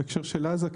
בהקשר של עזה,